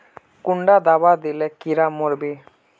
कुंडा दाबा दिले कीड़ा मोर बे?